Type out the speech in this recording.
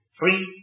free